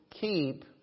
keep